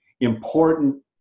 important